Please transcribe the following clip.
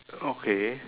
okay